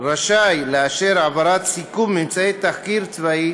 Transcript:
רשאי לאשר העברת סיכום ממצאי תחקיר צבאי